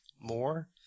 more